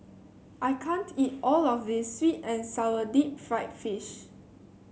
I can't eat all of this sweet and sour Deep Fried Fish